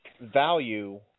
value